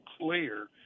clear